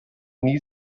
nie